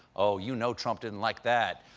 ah you know trump didn't like that.